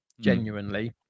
genuinely